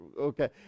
Okay